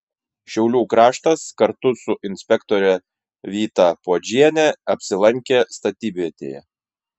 šiaulių kraštas kartu su inspektore vyta puodžiene apsilankė statybvietėje